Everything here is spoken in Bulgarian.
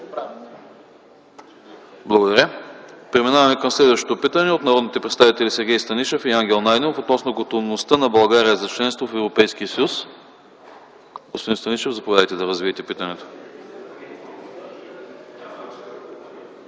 Благодаря. Преминаваме към следващото питане от народните представители Сергей Станишев и Ангел Найденов относно готовността на България за членство в Европейския съюз. Господин Станишев, заповядайте, за да развиете питането.